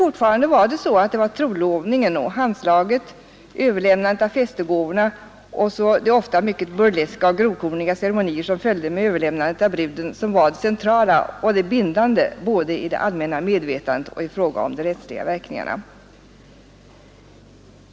Fortfa de var det nämligen trolovningen, handslaget, överlämnandet av f gåvorna samt de ofta mycket burleska och grovkorniga ceremonier som följde med överlämnandet av bruden som var det centrala och det bindande både i det allmänna medvetandet och i fråga om de rättsliga verkningarna.